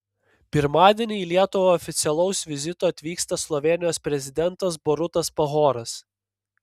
pirmadienį į lietuvą oficialaus vizito atvyksta slovėnijos prezidentas borutas pahoras